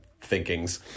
thinkings